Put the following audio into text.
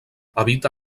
habita